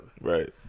Right